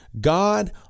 God